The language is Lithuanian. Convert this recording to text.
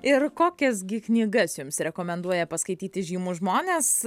ir kokias gi knygas jums rekomenduoja paskaityti įžymūs žmonės